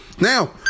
Now